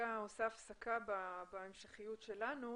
עושה הפסקה בהמשכיות שלנו